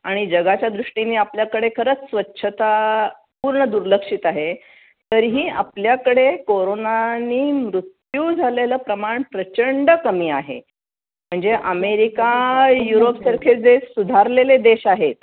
आणि जगाच्या दृष्टीने आपल्याकडे खरंच स्वच्छता पूर्ण दुर्लक्षित आहे तरीही आपल्याकडे कोरोनाने मृत्यू झालेलं प्रमाण प्रचंड कमी आहे म्हणजे अमेरिका युरोपसारखे जे सुधारलेले देश आहेत